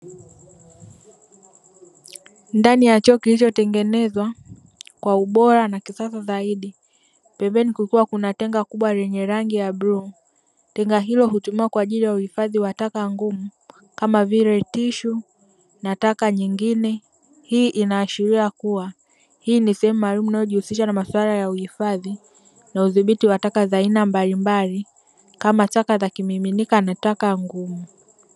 Ndani ya choo kilichotengenezwa kwa ubora na kisasa zaidi, pembeni kukiwa kuna tenga kubwa lenye rangi ya bluu, tenga hilo hutumiwa kwajili ya uhifadhi wa taka ngumu kama vile tishu na taka nyingine, hii ina ashiria kuwa hii ni sehemu maalumu inayojihusisha na maswala ya uhifadhi na udhibiti wa taka za aina mbalimbali kama taka za kimiminika na taka ngumu.